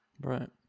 Right